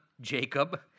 Jacob